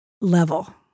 level